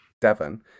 Devon